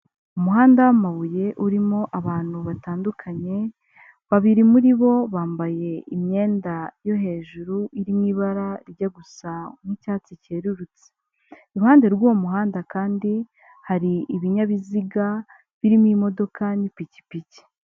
Umuhanda w'amabuye urimo abantu batandukanye, babiri muri bo bambaye imyenda yo hejuru, iri mu ibara rijya gusa nki'cyatsi cyerurutse, iruhande rw'uwo muhanda kandi hari ibinyabiziga birimo imodoka n'pikipiki.